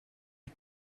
die